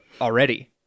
already